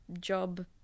job